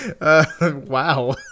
Wow